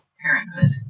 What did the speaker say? parenthood